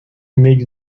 makes